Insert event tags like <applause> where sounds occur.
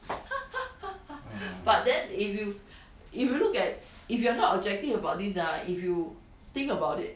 <laughs> but then if you if you look at if you are not objective about this ah if you think about it